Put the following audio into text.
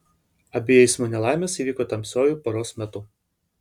abi eismo nelaimės įvyko tamsiuoju paros metu